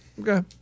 Okay